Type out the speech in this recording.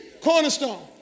cornerstone